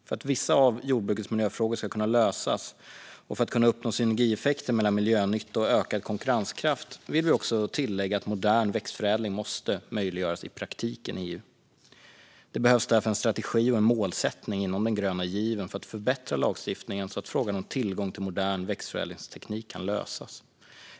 För att vissa av jordbrukets miljöfrågor ska kunna lösas och för att kunna uppnå synergieffekter mellan miljönytta och ökad konkurrenskraft vill vi tillägga att modern växtförädling måste möjliggöras i praktiken i EU. Det behövs därför en strategi och en målsättning inom den gröna given för att förbättra lagstiftningen så att frågan om tillgång till modern växtförädlingsteknik kan lösas.